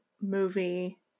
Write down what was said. movie